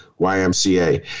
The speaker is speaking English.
ymca